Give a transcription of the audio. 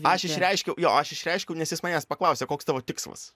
aš išreiškiau jo aš išreiškiau nes jis manęs paklausė koks tavo tikslas